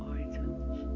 items